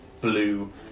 blue